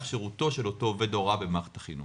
שירותו של אותו עובד הוראה במערכת החינוך.